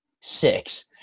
six